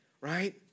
Right